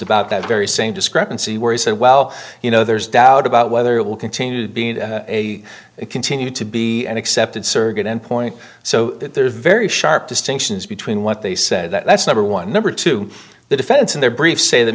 about that very same discrepancy where he said well you know there's doubt about whether it will continue being a continued to be an accepted surrogate endpoint so that there are very sharp distinctions between what they said that's number one number two the defense in their brief say th